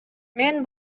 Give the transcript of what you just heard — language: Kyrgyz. мен